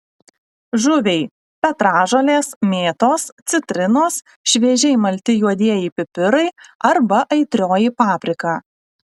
žuviai petražolės mėtos citrinos šviežiai malti juodieji pipirai arba aitrioji paprika